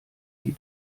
die